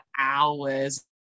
hours